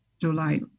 july